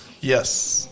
Yes